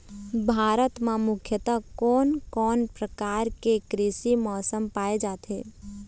भारत म मुख्यतः कोन कौन प्रकार के कृषि मौसम पाए जाथे?